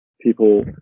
people